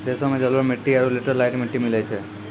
देशो मे जलोढ़ मट्टी आरु लेटेराइट मट्टी मिलै छै